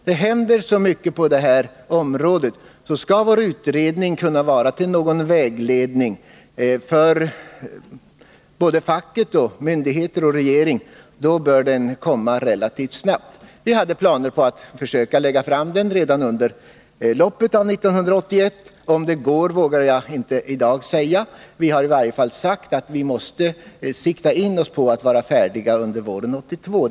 Det händer så mycket på detta område, så skall vår utredning kunna vara till någon vägledning för såväl facket som myndigheter och regering bör den vara klar relativt snabbt. Vi hade planer på att försöka lägga fram ett betänkande redan under 1981. Om det går vågar jag inte säga i dag. Vi har i alla fall sagt att vi måste sikta in oss på att vara färdiga under våren 1982.